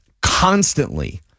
constantly